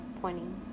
pointing